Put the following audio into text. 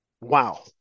Wow